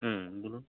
হুম বলুন